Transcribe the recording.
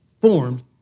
formed